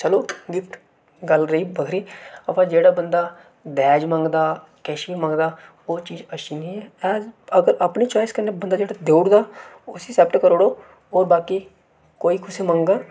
चलो गिफ्ट गल्ल रेही बक्खरी अवा जेह्ड़ा बंदा दाज मंगदा किश बी मंगदा ओह् चीज अच्छी नेईं ऐ ऐज जेह्ड़ा अपनी च्वाइस कन्नै बंदा जेह्ड़ा देई ओड़दा उसी अक्सैप्ट करी ओड़ो और बाकी कोई कुस मंग